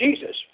Jesus